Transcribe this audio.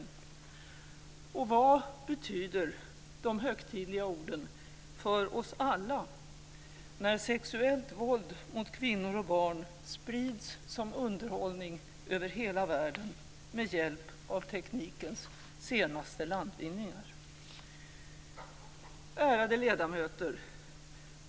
Vad betyder de högtidliga orden för oss alla när sexuellt våld mot kvinnor och barn sprids som underhållning över hela världen med hjälp av teknikens senaste landvinningar? Ärade ledamöter!